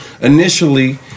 initially